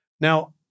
Now